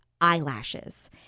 eyelashes